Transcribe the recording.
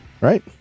right